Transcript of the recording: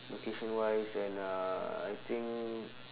location-wise and uh I think